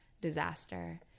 disaster